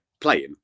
playing